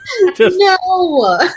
No